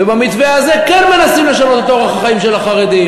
ובמתווה הזה כן מנסים לשנות את אורח החיים של החרדים.